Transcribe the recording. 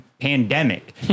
pandemic